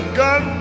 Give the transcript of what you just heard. gun